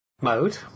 mode